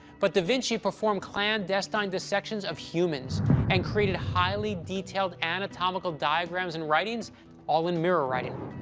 but da vinci performed clandestine dissections of humans and created highly detailed anatomical diagrams and writings all in mirror writing.